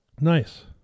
nice